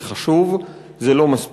זה חשוב, זה לא מספיק.